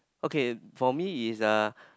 okay for me is a